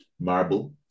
marble